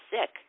sick